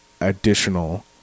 additional